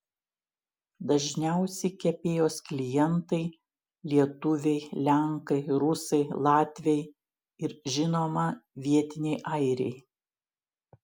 dažniausi kepėjos klientai lietuviai lenkai rusai latviai ir žinoma vietiniai airiai